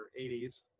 80s